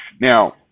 Now